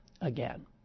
again